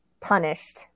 punished